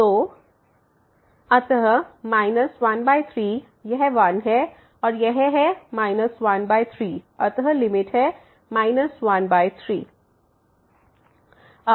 तो 1x2 1sin2x 13 अतः 13 यह 1 है और यह है 13 अत लिमिट है 13